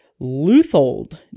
Luthold